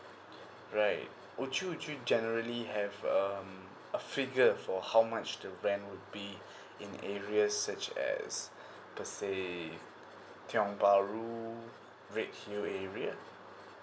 right would you actually generally have um a figure for how much the plan would be in areas such as per say tiong bahru redhill area